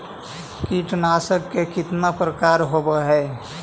कीटनाशक के कितना प्रकार होव हइ?